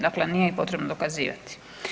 Dakle, nije ih potrebno dokazivati.